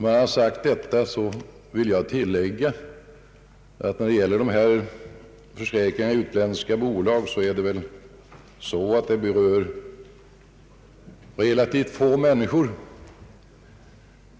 Jag vill dessutom betona att frågan om dessa försäkringar i utländska bolag berör relativt få människor.